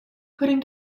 putting